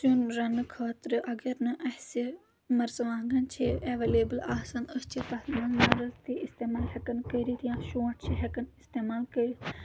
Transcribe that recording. سیُن رَننہٕ خٲطرٕ اگر نہٕ اَسہِ مَرژٕوانٛگَن چھِ اؠویلیبٕل آسان أسۍ چھِ تَتھ منٛز مَرٕژ تہِ استعمال ہؠکان کٔرِتھ یا شونٛٹھ چھِ ہؠکان استعمال کٔرِتھ